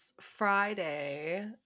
Friday